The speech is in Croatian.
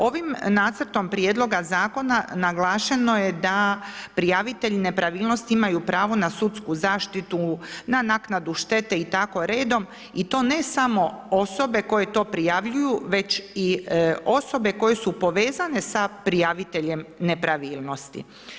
Ovim nacrtom prijedlogom zakona, naglašeno je da prijavitelj nepravilnosti imaju pravo na sudsku zaštitu, na naknadu štete i tako redom i to ne samo osobe koje to prijavljuju, već i osobe koje su povezane sa prijaviteljem nepravilnosti.